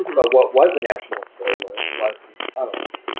but what was a national story like was his tunnels.